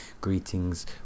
greetings